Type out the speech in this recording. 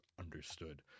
understood